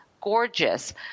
gorgeous